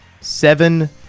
seven